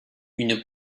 une